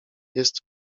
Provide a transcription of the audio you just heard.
jest